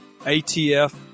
ATF